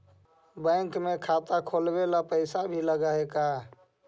Bank में खाता खोलाबे ल पैसा भी लग है का?